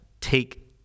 take